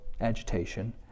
agitation